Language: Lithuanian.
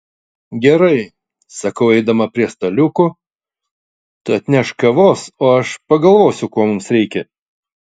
gerai sakau eidama prie staliukų tu atnešk kavos o aš pagalvosiu ko mums reikia